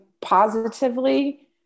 positively